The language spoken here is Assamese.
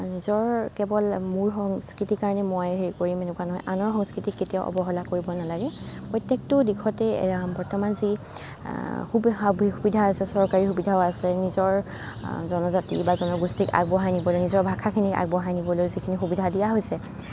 নিজৰ কেৱল মোৰ সংস্কৃতিৰ কাৰণে মই হেৰি কৰিম এনেকুৱা নহয় আনৰ সংস্কৃতিক কেতিয়াও অৱহেলা কৰিব নেলাগে প্ৰত্যেকটো দিশতে বৰ্তমান যি সুবিধা আছে চৰকাৰী সুবিধাও আছে নিজৰ জনজাতি বা জনগোষ্ঠীক আগবঢ়াই নিবলৈ নিজৰ ভাষাখিনিক আগবঢ়াই নিবলৈ যিখিনি সুবিধা দিয়া হৈছে